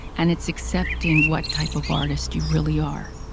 and it's accepting what type of artist you really are.